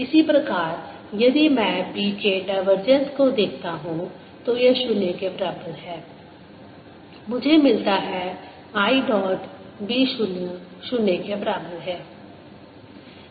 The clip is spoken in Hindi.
इसी प्रकार यदि मैं B के डाइवर्जेंस को देखता हूं तो यह 0 के बराबर है मुझे मिलता है i डॉट B 0 0 के बराबर है